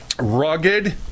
rugged